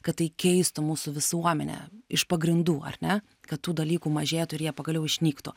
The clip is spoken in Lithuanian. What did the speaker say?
kad tai keistų mūsų visuomenę iš pagrindų ar ne kad tų dalykų mažėtų ir jie pagaliau išnyktų